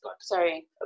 Sorry